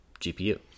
GPU